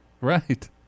Right